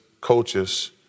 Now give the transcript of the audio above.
coaches